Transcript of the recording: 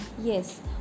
yes